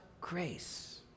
grace